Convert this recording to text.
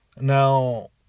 Now